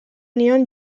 nion